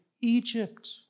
Egypt